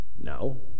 No